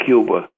Cuba